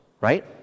Right